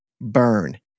burn